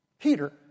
Peter